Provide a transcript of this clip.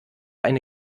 eine